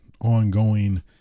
ongoing